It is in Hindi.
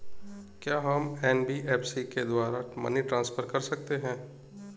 क्या हम एन.बी.एफ.सी के द्वारा मनी ट्रांसफर कर सकते हैं?